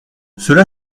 cela